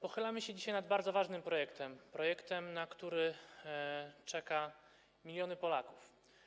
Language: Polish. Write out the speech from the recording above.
Pochylamy się dzisiaj nad bardzo ważnym projektem, na który czekają miliony Polaków.